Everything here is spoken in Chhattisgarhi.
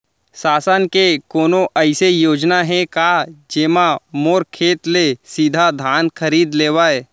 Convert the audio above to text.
शासन के कोनो अइसे योजना हे का, जेमा मोर खेत ले सीधा धान खरीद लेवय?